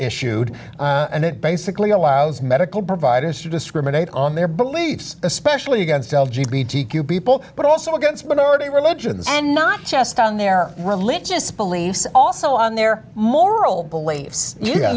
issued and it basically allows medical providers to discriminate on their beliefs especially against people but also against minority religions and not just on their religious beliefs also on their moral beliefs y